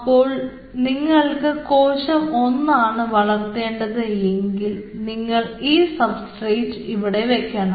ഇപ്പോൾ നിങ്ങൾക്ക് കോശം 1 ആണ് വളർത്തേണ്ടത് എങ്കിൽ നിങ്ങൾ ഈ സബ്സ്ട്രേറ്റ് ഇവിടെ വെക്കണം